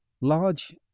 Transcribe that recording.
Large